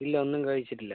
ഇല്ല ഒന്നും കഴിച്ചിട്ടില്ല